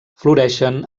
floreixen